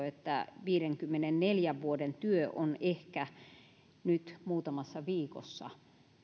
että viidenkymmenenneljän vuoden työ on ehkä nyt muutamassa viikossa